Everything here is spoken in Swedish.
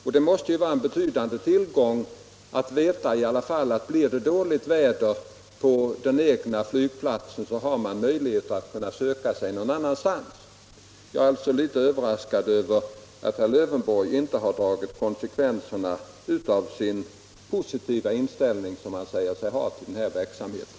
Det måste i alla fall vara en betydande tillgång att veta att blir det dåligt väder på den egna flygplatsen, så har man möjligheter att söka sig någon annanstans. Jag är alltså litet överraskad över att herr Lövenborg inte har dragit konsekvenserna av den positiva inställning som han säger sig ha till den här verksamheten.